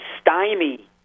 stymie